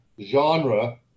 Genre